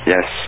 Yes